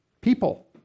people